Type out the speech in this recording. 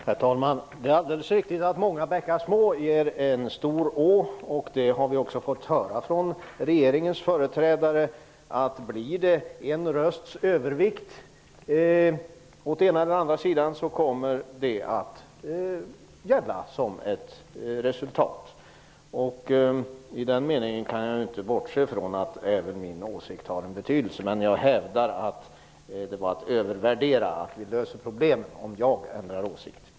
Herr talman! Det är alldeles riktigt att många bäckar små gör en stor å. Vi har fått höra av regeringens företrädare att det, om det blir en rösts övervikt åt ena eller andra sidan, kommer att gälla som ett resultat. I den meningen kan jag inte bortse från att även min åsikt har en betydelse. Jag hävdar dock att man övervärderar mig om man säger att problemen blir lösta om jag ändrar åsikt.